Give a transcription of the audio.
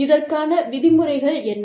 இதற்கான விதிமுறைகள் என்ன